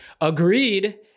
Agreed